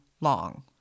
long